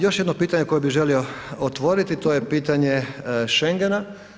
Još jedno pitanje koje bih želio otvoriti to je pitanje Schengena.